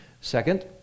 Second